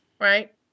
Right